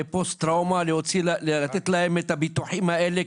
חובה לתת לפוסט טראומטיים את הביטוחים האלה,